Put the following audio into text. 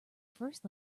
first